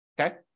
okay